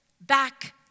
back